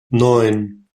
neun